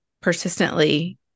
persistently